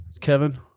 Kevin